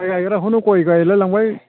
माइ गायग्राखौनो गय गायलाय लांबाय